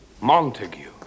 Montague